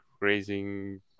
raising